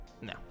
no